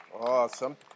Awesome